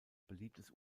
beliebtes